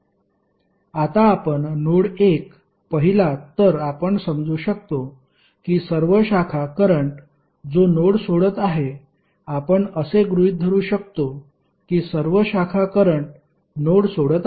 आता आपण नोड 1 पहिला तर आपण समजू शकतो की सर्व शाखा करंट जो नोड सोडत आहे आपण असे गृहित धरू शकतो की सर्व शाखा करंट नोड सोडत आहेत